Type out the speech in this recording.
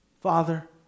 Father